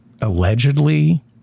allegedly